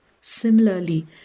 Similarly